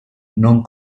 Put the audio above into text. non